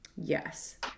Yes